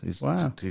Wow